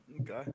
Okay